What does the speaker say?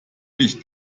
dich